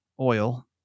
oil